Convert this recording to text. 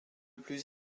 plus